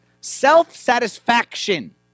self-satisfaction